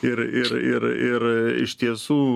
ir ir ir ir iš tiesų